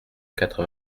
quatre